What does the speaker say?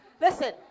Listen